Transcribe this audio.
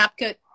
CapCut